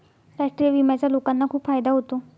राष्ट्रीय विम्याचा लोकांना खूप फायदा होतो